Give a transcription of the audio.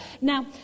Now